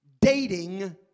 dating